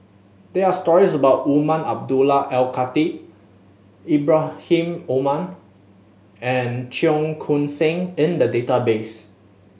there are stories about Umar Abdullah Al Khatib Ibrahim Omar and Cheong Koon Seng in the database